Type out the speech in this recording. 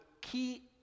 key